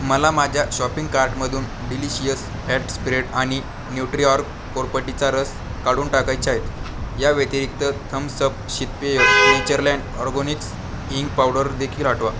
मला माझ्या शॉपिंग कार्टमधून डिलिशियस फॅट स्प्रेड आणि न्यूट्रीऑर्ग कोरफडीचा रस काढून टाकायचे आहेत या व्यतिरिक्त थम्स अप शीतपेय नेचरलँड ऑर्गोनिक्स हिंग पावडरदेखील हटवा